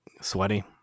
sweaty